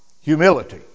humility